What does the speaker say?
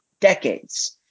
decades